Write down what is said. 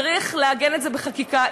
צריך לעגן את זה בחקיקה,